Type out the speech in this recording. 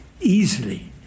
easily